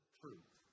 truth